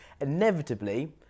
inevitably